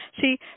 See